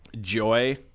Joy